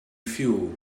fuel